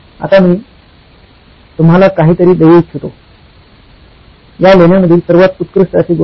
आता मी तुम्हाला काहीतरी देऊ इच्छितो या लेण्यांमधील सर्वात उत्कृष्ट अशी गोष्ट